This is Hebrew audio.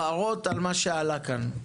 הבהרות על מה שעלה כאן.